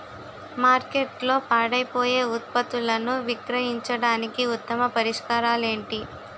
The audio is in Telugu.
మార్కెట్లో పాడైపోయే ఉత్పత్తులను విక్రయించడానికి ఉత్తమ పరిష్కారాలు ఏంటి?